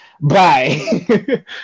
Bye